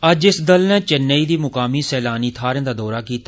अज्ज इस दल ने चैन्नेई दी मुकामी सैलानी थाहरें दा दौरा कीता